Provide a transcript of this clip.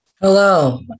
Hello